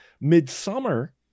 midsummer